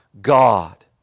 God